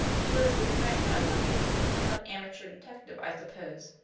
who is this friend, i wonder some amateur detective, i suppose.